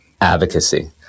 advocacy